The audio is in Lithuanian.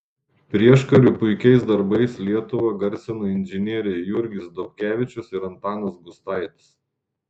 prieškariu puikiais darbais lietuvą garsino inžinieriai jurgis dobkevičius ir antanas gustaitis